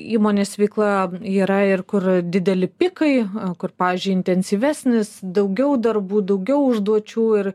įmonės veikla yra ir kur dideli pikai kur pavyzdžiui intensyvesnis daugiau darbų daugiau užduočių ir